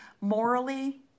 morally